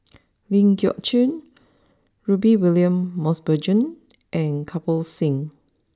Ling Geok Choon Rudy William Mosbergen and Kirpal Singh